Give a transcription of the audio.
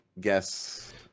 guess